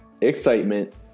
excitement